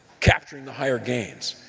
capturing the higher gains,